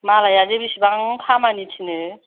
मालायादि बिसिबां खामानि थिनो